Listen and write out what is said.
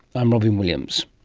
i'm robyn williams